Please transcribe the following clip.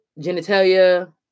genitalia